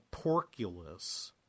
porculus